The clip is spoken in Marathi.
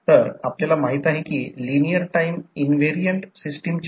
तर ∅m दिला आहे मॅक्सीमम फ्लक्स डेन्सिटी 1